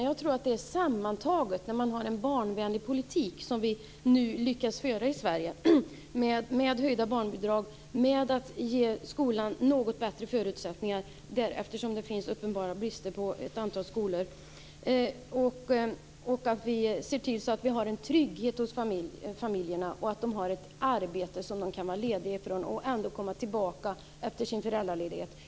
Jag tror att det handlar om det sammantagna, att man har en barnvänlig politik som den vi nu lyckas föra i Sverige med höjda barnbidrag, med att ge skolan något bättre förutsättningar - eftersom det finns uppenbara brister på ett antal skolor - och med att se till att vi har en trygghet hos familjerna och att man har ett arbete som man kan vara ledig från och komma tillbaka till efter sin föräldraledighet.